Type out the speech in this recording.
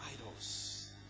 idols